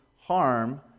harm